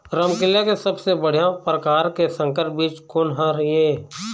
रमकलिया के सबले बढ़िया परकार के संकर बीज कोन हर ये?